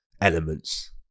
elements